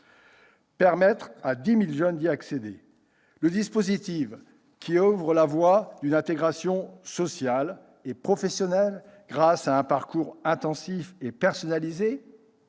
permettre à 100 000 jeunes d'y accéder. Ce dispositif, qui ouvre la voie à une intégration sociale et professionnelle grâce à un parcours intensif et personnalisé,